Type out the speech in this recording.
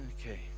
Okay